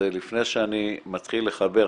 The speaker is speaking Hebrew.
לפני שאני מתחיל לחבר,